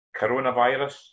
coronavirus